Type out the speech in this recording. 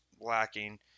lacking